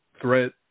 threat